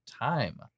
time